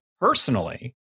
personally